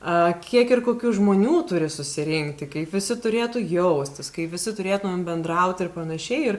a kiek ir kokių žmonių turi susirinkti kaip visi turėtų jaustis kaip visi turėtumėm bendrauti ir panašiai ir